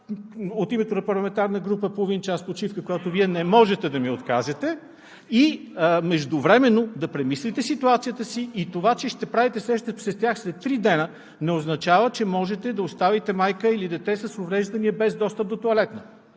от името на парламентарна група половин час почивка, която Вие не можете да ми откажете. (Реплики от ГЕРБ.) Междувременно да премислите ситуацията си. Това, че ще правите среща с тях след три дни, не означава, че можете да оставите майка или дете с увреждания без достъп до тоалетна.